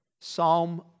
Psalm